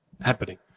happening